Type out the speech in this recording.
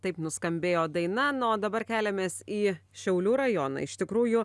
taip nuskambėjo daina na o dabar keliamės į šiaulių rajoną iš tikrųjų